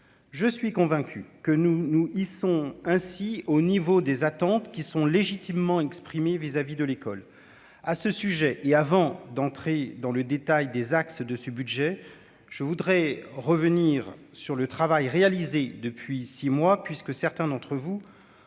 je suis convaincu que nous nous ils sont ainsi au niveau des attentes qui sont légitimement exprimer vis-à-vis de l'école à ce sujet, et avant d'entrer dans le détail des axes de ce budget, je voudrais revenir sur le travail réalisé depuis 6 mois, puisque certains d'entre vous